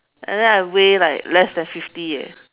and then I weigh like less than fifty eh